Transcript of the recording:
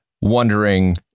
wondering